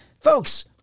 folks